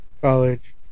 college